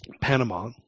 Panama